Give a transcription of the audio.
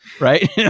right